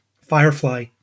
Firefly